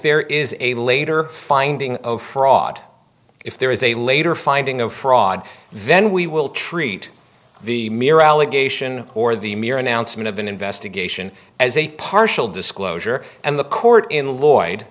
there is a later finding of fraud if there is a later finding of fraud then we will treat the mere allegation or the mere announcement of an investigation as a partial disclosure and the court in lloyd